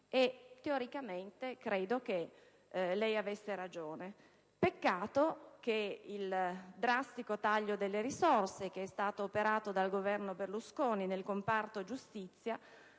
e teoricamente credo che avesse ragione. Peccato che il drastico taglio delle risorse, che è stato operato dal Governo Berlusconi nel comparto giustizia,